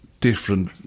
different